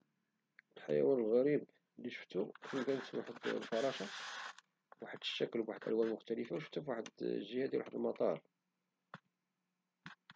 الحيوان الغريب لي شفتو هو واحد الفراشة بواحد الشكل وبواحد الألوان مختلفة وشفتها فواحد الجهة ديال واحد المطار